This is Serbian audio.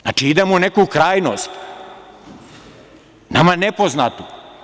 Znači, idemo u neku krajnost, nama nepoznatu.